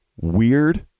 weird